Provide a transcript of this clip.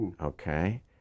Okay